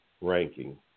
ranking